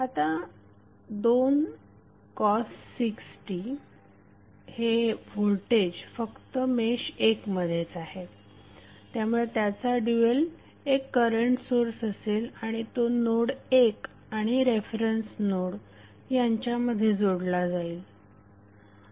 आता 2 cos 6t हे voltage फक्त मेश 1 मध्येच आहे त्यामुळे त्याचा ड्यूएल एक करंट सोर्स असेल आणि तो नोड 1 आणि रेफरन्स नोड यांच्यामध्ये जोडला जाईल